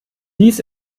dies